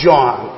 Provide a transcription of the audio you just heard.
John